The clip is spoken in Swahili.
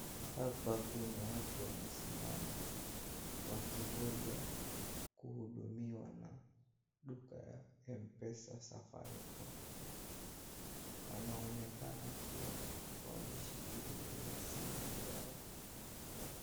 Hapa kuna watu wamesimama, wakingoja kuhudumiwa na duka ya Mpesa Safaricom. Wanaonekana kuwa, wameshikililia simu zao.